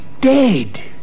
dead